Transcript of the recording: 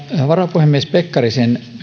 varapuhemies pekkarisen